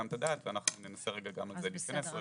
את הדעת ואנחנו ננסה גם לזה להיכנס.